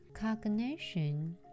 cognition